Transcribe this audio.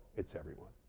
it's everywhere.